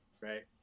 right